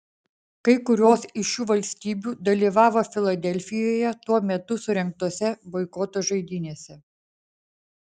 kai kurios iš šių valstybių dalyvavo filadelfijoje tuo metu surengtose boikoto žaidynėse